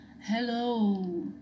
Hello